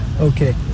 Okay